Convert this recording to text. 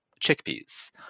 chickpeas